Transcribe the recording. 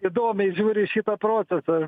įdomiai žiūri į šitą procesą